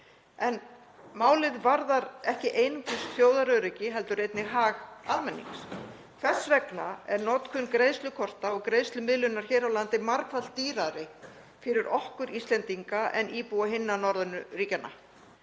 En málið varðar ekki einungis þjóðaröryggi heldur einnig hag almennings. Hvers vegna er notkun greiðslukorta og greiðslumiðlunar hér á landi margfalt dýrari fyrir okkur Íslendinga en íbúa annarra norrænna ríkja?